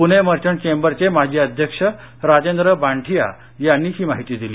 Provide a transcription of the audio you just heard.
Pune merchants चेंबरचे माजी अध्यक्ष राजेंद्र बांठिया यांनी ही माहिती दिली